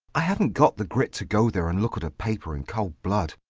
i haven't got the grit to go there and look at a paper in cold blood,